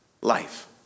life